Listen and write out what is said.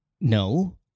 no